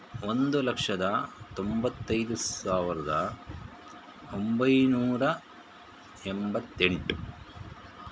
ಒಂದು ಲಕ್ಷದ ತೊಂಬತ್ತೈದು ಸಾವಿರ್ದ ಒಂಬೈನೂರ ಎಂಬತ್ತೆಂಟು